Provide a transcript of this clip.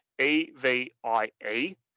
E-V-I-E